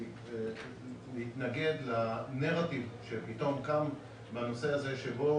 להתנגד לנרטיב שפתאום קם בנושא הזה שבו